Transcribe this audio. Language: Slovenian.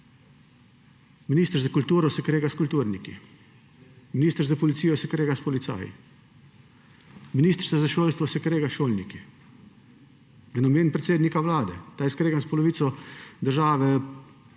Minister za kulturo se krega s kulturniki, minister za policijo se krega s policaji, ministrica za šolstvo se krega s šolniki. Da ne omenim predsednika Vlade, da je skregan s polovico države,